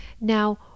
Now